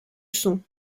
son